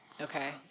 Okay